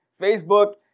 Facebook